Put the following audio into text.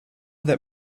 that